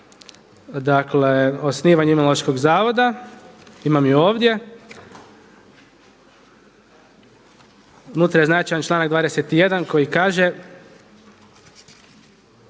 dakle o osnivanju Imunološkog zavoda, imam je ovdje. Unutra je značajan članak 21. koji kaže,